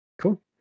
cool